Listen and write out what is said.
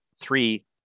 three